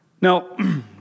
Now